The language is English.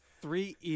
three